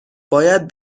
باید